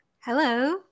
Hello